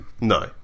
no